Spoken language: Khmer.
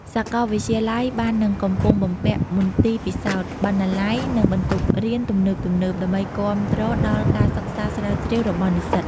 សាកលវិទ្យាល័យបាននិងកំពុងបំពាក់មន្ទីរពិសោធន៍ បណ្ណាល័យ និងបន្ទប់រៀនទំនើបៗ ដើម្បីគាំទ្រដល់ការសិក្សាស្រាវជ្រាវរបស់និស្សិត។